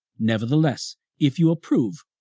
nevertheless, if you approve,